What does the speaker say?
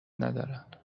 ندارن